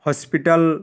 hospital